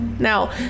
Now